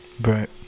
Right